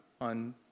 on